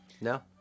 No